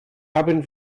haben